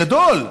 גדול.